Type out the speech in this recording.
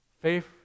Faith